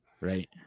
right